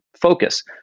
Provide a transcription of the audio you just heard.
Focus